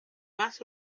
más